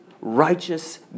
righteous